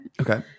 Okay